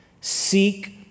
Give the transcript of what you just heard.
seek